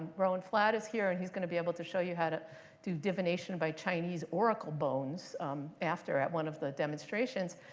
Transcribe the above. rowan flad is here and he's going to be able to show you how to do divination by chinese oracle bones after, at one of the demonstrations.